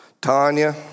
Tanya